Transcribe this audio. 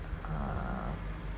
uh